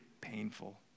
painful